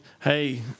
Hey